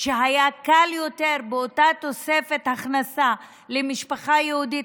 ועם אותה תוספת הכנסה היה למשפחה יהודית